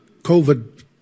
COVID